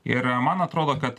ir man atrodo kad